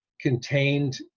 contained